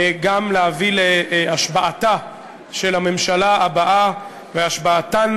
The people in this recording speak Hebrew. גם להביא להשבעתה של הממשלה הבאה והשבעתם